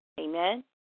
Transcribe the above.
Amen